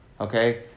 Okay